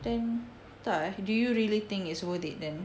then entah eh do you really think it's worth it then